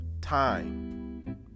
time